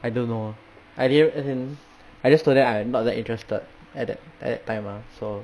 I don't know I didn't as in I just told them I'm not that interested at that at that time mah so